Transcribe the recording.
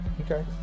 Okay